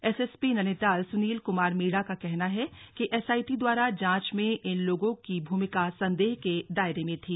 SSP Nainital Sunil Kumar Meena का कहना है कि एसआईटी द्वारा जांच में इन लोगो की भूमिका संदेह के दायरे में थी